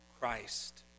Christ